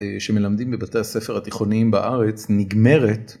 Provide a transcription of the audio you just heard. שמלמדים בבתי הספר התיכוניים בארץ נגמרת.